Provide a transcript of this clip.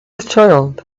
child